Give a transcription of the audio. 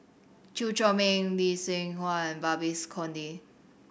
Chew Chor Meng Lee Seng Huat Babes Conde